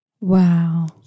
Wow